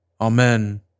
Amen